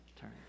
turn